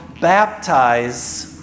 baptize